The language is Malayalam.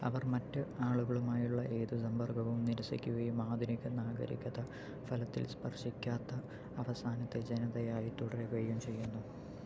അവർ മറ്റ് ആളുകളുമായുള്ള ഏത് സമ്പർക്കവും നിരസിക്കുകയും ആധുനിക നാഗരികത ഫലത്തിൽ സ്പര്ശിക്കാത്ത അവസാനത്തെ ജനതയായി തുടരുകയും ചെയ്യുന്നു